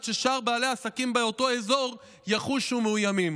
ששאר בעלי העסקים באותו אזור יחושו מאוימים.